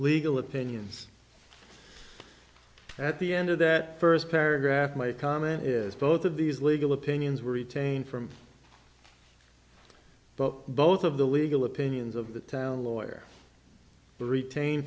legal opinions at the end of that first paragraph my comment is both of these legal opinions were retained from both of the legal opinions of the town lawyer but retain